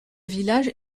village